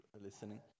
listening